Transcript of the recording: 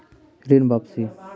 ऋण वापसी?